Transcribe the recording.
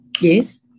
Yes